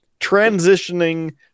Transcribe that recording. transitioning